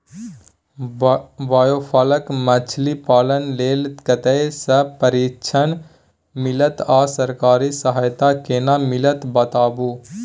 Biofloc मछलीपालन लेल कतय स प्रशिक्षण मिलत आ सरकारी सहायता केना मिलत बताबू?